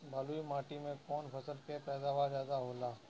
बालुई माटी में कौन फसल के पैदावार ज्यादा होला?